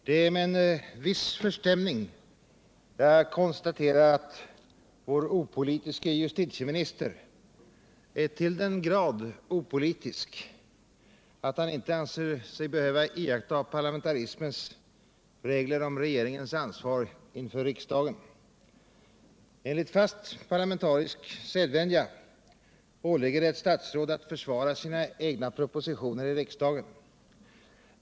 Herr talman! Det är med en viss förstämning jag konstaterar att vår opolitiske justitieminister är så till den grad opolitisk att han inte anser sig behöva iaktta parlamentarismens regler om regeringens ansvar inför riksdagen. Enligt fast parlamentarisk sedvänja åligger det ett statsråd att försvara sina egna propositioner i riksdagen.